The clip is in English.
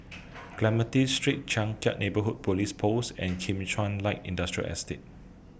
Clementi Street Changkat Neighbourhood Police Post and Kim Chuan Light Industrial Estate